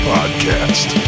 Podcast